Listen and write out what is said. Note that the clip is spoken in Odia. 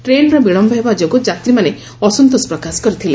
ଟ୍ରେନର ବିଳମ୍ୟ ହେବା ଯୋଗୁ ଯାତ୍ରୀମାନେ ଅସନ୍ତୋଷ ପ୍ରକାଶ କରିଛନ୍ତି